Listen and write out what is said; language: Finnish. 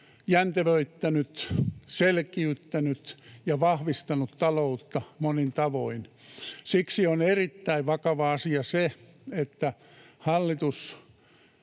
jäntevöittänyt, selkiyttänyt ja vahvistanut taloutta monin tavoin. Siksi on erittäin vakava asia se, että hallitus